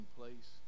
place